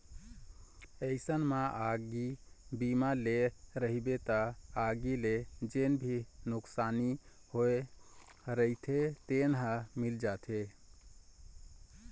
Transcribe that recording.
अइसन म आगी बीमा ले रहिबे त आगी ले जेन भी नुकसानी होय रहिथे तेन ह मिल जाथे